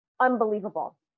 Unbelievable